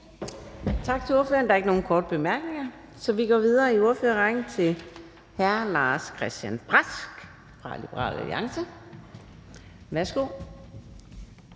Tak til ordføreren. Der er ikke nogen korte bemærkninger, så vi går videre i ordførerrækken til fru Katrine Robsøe fra Radikale Venstre. Værsgo.